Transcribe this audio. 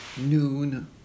noon